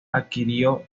adquirió